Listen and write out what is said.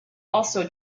also